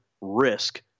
risk